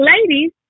ladies